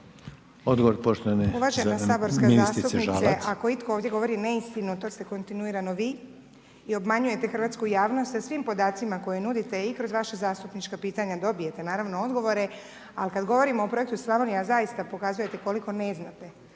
Odgovor poštovane ministrice Žalac.